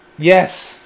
Yes